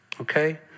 okay